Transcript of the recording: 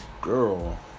girl